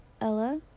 Ella